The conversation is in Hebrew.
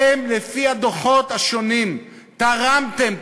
לפי הדוחות השונים תרמתם,